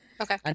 Okay